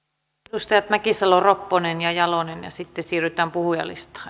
edustajat mäkisalo ropponen ja jalonen ja sitten siirrytään puhujalistaan